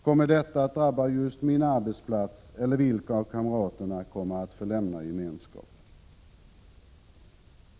Kommer detta att drabba just min arbetsplats, och vilka av kamraterna kommer att få lämna gemenskapen?